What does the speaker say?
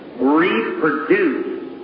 reproduce